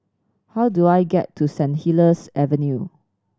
how do I get to Saint Helier's Avenue